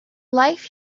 life